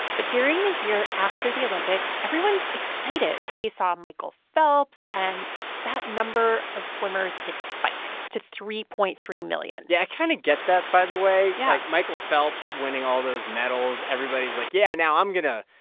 but during the year after the olympics, everyone's excited. they saw michael phelps. and that number of swimmers it spikes to three point three million yeah. i kind of get that, by the way yeah like, michael phelps winning all those medals everybody's like, yeah, now i'm going to,